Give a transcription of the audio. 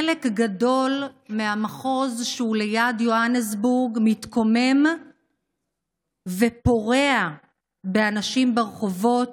חלק גדול מהמחוז שהוא ליד יוהנסבורג מתקומם ופורע באנשים ברחובות,